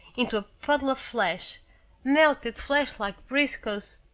into a puddle of flesh melted flesh like briscoe's